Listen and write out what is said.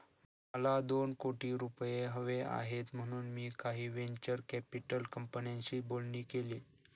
मला दोन कोटी रुपये हवे आहेत म्हणून मी काही व्हेंचर कॅपिटल कंपन्यांशी बोलणी केली